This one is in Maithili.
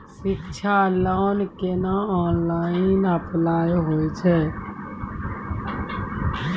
शिक्षा लोन केना ऑनलाइन अप्लाय होय छै?